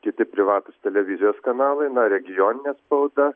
kiti privatūs televizijos kanalai regioninė spauda